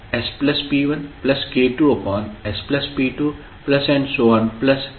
Fsk1sp1 k2sp2